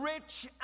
rich